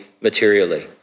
materially